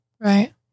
Right